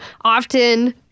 often